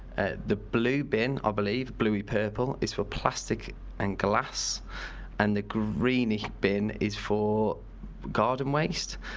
ah the blue bin i believe bluey purple is for plastic and glass and the greeny bin is for garden waste.